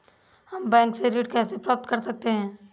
हम बैंक से ऋण कैसे प्राप्त कर सकते हैं?